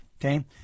Okay